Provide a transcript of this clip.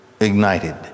ignited